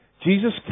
Jesus